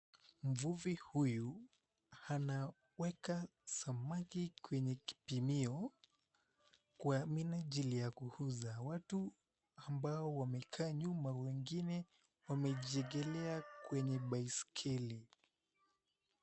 Mvuvi huyu anaweka samaki kwenye kipimio kwa minajili ya kuuza. Watu ambao wamekaa nyuma wengine wamejiekelea kwenye baiskeli.